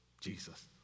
Jesus